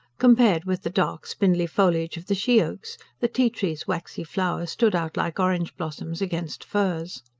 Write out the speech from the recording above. compared with the dark, spindly foliage of the she-oaks, the ti-trees' waxy flowers stood out like orange-blossoms against firs.